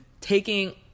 taking